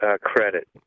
credit